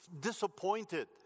disappointed